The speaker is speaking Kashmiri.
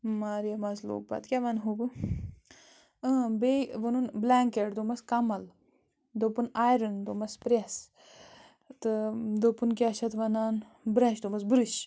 واریاہ مَزٕ لوٚگ پَتہٕ کیٛاہ وَنہو بہٕ اۭں بیٚیہِ ووٚنُن بٕلینکٮ۪ٹ دوٚپمَس کَمَل دوٚپُن اَیرَن دوٚپمَس پرٛٮ۪س تہٕ دوٚپُن کیٛاہ چھِ اَتھ وَنان برٛٮ۪ش دوٚپمَس بٕرٕش